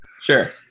Sure